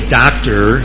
doctor